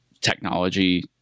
technology